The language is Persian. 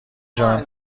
جان